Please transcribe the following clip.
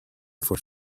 for